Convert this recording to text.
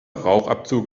rauchabzug